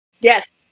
Yes